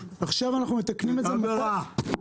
--- עבירה.